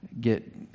get